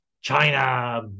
China